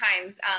times